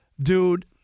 dude